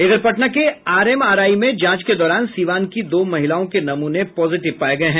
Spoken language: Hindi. इधर पटना के आरएमआरआई में जांच के दौरान सीवान की दो महिलाओं के नमूने पॉजिटिव पाये गये हैं